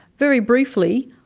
very briefly,